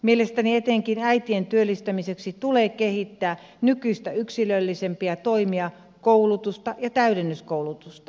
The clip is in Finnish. mielestäni etenkin äitien työllistämiseksi tulee kehittää nykyistä yksilöllisempiä toimia koulutusta ja täydennyskoulutusta